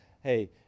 hey